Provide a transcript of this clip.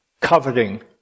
coveting